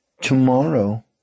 tomorrow